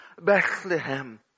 Bethlehem